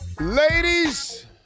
Ladies